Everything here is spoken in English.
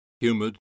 humid